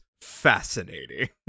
fascinating